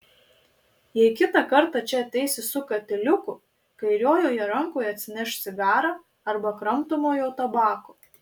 jei kitą kartą čia ateisi su katiliuku kairiojoje rankoje atsinešk cigarą arba kramtomojo tabako